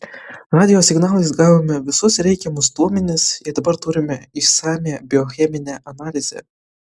radijo signalais gavome visus reikiamus duomenis ir dabar turime išsamią biocheminę analizę